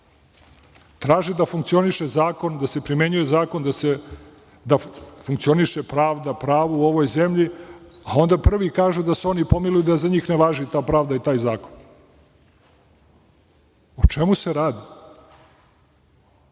Traže da funkcioniše zakon, da se primenjuje zakon, da funkcioniše pravda, pravo u ovoj zemlji, a onda prvi kažu da se oni pomiluju i da za njih ne važi ta pravda i taj zakon.O čemu se radi?